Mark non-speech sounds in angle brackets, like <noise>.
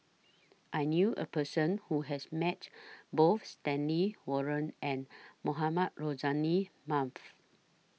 I knew A Person Who has Met Both Stanley Warren and Mohamed Rozani <unintelligible>